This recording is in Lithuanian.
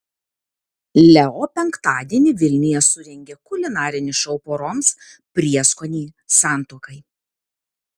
leo penktadienį vilniuje surengė kulinarinį šou poroms prieskoniai santuokai